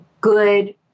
good